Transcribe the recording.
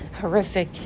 horrific